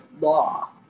law